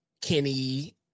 Kenny